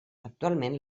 actualment